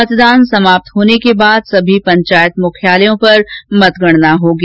मतदान समाप्त होने के बाद सभी पंचायत मुख्यालयों पर मतगणना होगी